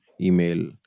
email